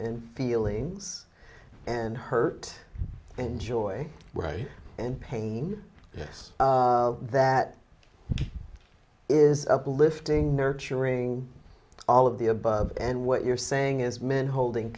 and feelings and hurt enjoy right and pain yes that is uplifting nurturing all of the above and what you're saying is men holding